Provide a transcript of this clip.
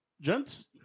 Gents